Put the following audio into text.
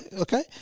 Okay